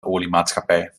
oliemaatschappij